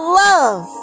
love